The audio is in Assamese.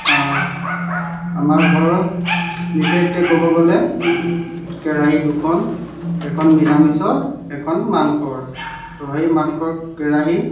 আমাৰ ঘৰৰ বিশেষকৈ ক'ব গ'লে কেৰাহী দুখন এখন নিৰামিষৰ এখন মাংসৰ তো সেই মাংসৰ কেৰাহী